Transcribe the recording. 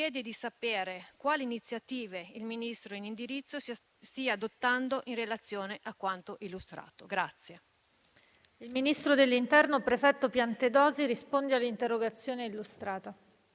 chiede di sapere quali iniziative il Ministro in indirizzo stia adottando in relazione a quanto illustrato. PRESIDENTE. Il ministro dell'interno, prefetto Piantedosi, ha facoltà di rispondere all'interrogazione testé illustrata,